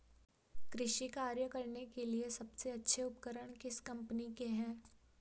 कृषि कार्य करने के लिए सबसे अच्छे उपकरण किस कंपनी के हैं?